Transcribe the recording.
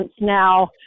now